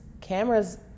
cameras